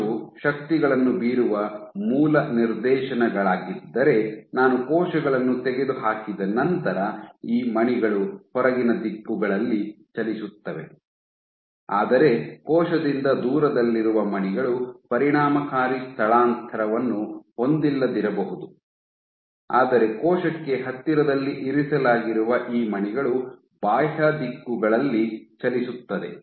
ಕೋಶವು ಶಕ್ತಿಗಳನ್ನು ಬೀರುವ ಮೂಲ ನಿರ್ದೇಶನಗಳಾಗಿದ್ದರೆ ನಾನು ಕೋಶಗಳನ್ನು ತೆಗೆದುಹಾಕಿದ ನಂತರ ಈ ಮಣಿಗಳು ಹೊರಗಿನ ದಿಕ್ಕುಗಳಲ್ಲಿ ಚಲಿಸುತ್ತವೆ ಆದರೆ ಕೋಶದಿಂದ ದೂರದಲ್ಲಿರುವ ಮಣಿಗಳು ಪರಿಣಾಮಕಾರಿ ಸ್ಥಳಾಂತರವನ್ನು ಹೊಂದಿಲ್ಲದಿರಬಹುದು ಆದರೆ ಕೋಶಕ್ಕೆ ಹತ್ತಿರದಲ್ಲಿ ಇರಿಸಲಾಗಿರುವ ಈ ಮಣಿಗಳು ಬಾಹ್ಯ ದಿಕ್ಕುಗಳಲ್ಲಿ ಚಲಿಸುತ್ತದೆ